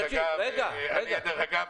דרך אגב,